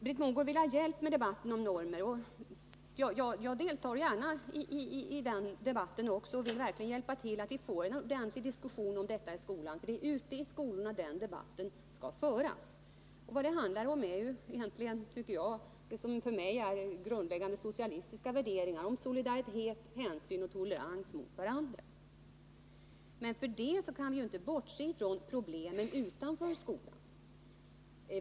Britt Mogård vill ha hjälp med debatten om normer, och jag deltar gärna i den debatten men vill understryka att det är ute i skolorna den debatten skall föras. Vad det handlar om är egentligen något som för mig är grundläggande socialistiska värderingar, nämligen solidaritet, hänsyn och tolerans mot varandra. Men trots att vi båda arbetar med de skolpolitiska frågorna kan jag inte bortse från problemen utanför skolan.